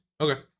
Okay